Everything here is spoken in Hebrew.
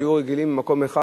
שהיו רגילים במקום אחד,